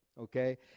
okay